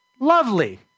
lovely